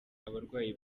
abarwayi